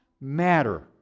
matter